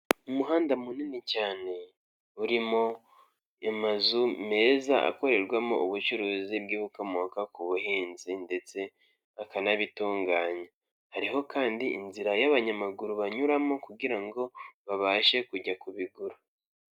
Umuhanda munini cyane urimo amazu meza akorerwamo ubucuruzi bw'ibikomoka ku buhinzi, ndetse bakanabitunganya. Hariho kandi inzira y'abanyamaguru banyuramo kugira ngo babashe kujya kubigura.